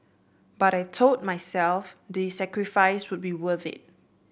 but I told myself the sacrifices would be worth it